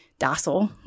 docile